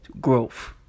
growth